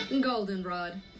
Goldenrod